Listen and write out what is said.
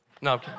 No